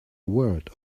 word